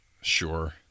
sure